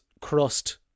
crust